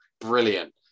brilliant